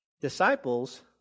disciples